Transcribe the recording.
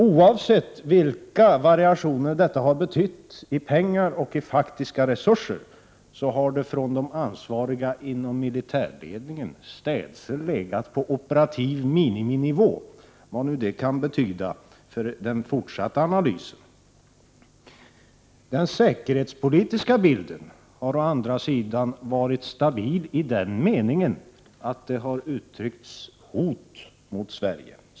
De ansvariga inom militärledningen har städse sagt att anslagen legat på operativ miniminivå, oavsett vilka variationer som funnits när det gäller pengar och faktiska resurser — vad nu detta kan betyda för den fortsatta analysen. Den säkerhetspolitiska bilden har å andra sidan varit stabil i den meningen att hot har uttryckts mot Sverige.